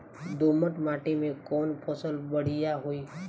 दोमट माटी में कौन फसल बढ़ीया होई?